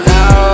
now